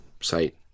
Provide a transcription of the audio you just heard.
site